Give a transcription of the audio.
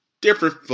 different